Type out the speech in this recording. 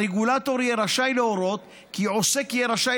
הרגולטור יהיה רשאי להורות כי עוסק יהיה רשאי